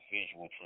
visual